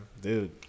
Dude